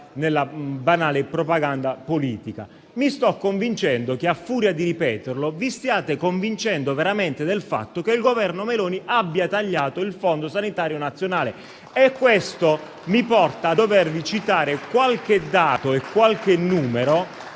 nella banale propaganda politica. Mi sto convincendo che, a furia di ripeterlo, vi stiate convincendo veramente del fatto che il Governo Meloni abbia tagliato il Fondo sanitario nazionale. E questo mi porta a citarvi qualche dato e numero,